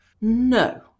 No